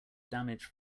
damage